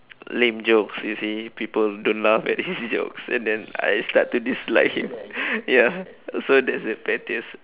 lame jokes you see people don't laugh at his jokes and then I start to dislike him ya so that's the pettiest